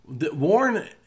Warren